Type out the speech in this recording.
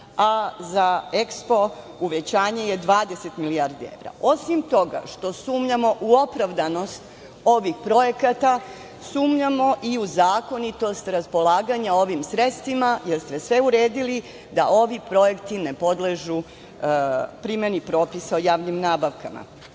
a EKSPO uvećanje je 20 milijardi evra. Osim toga što sumnjamo u opravdanost ovih projekata, sumnjamo i u zakonitost raspolaganja ovim sredstvima, jer ste sve uredili da ovi projekti ne podležu primeni propisa o javnim nabavkama. Rebalansom